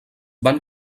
van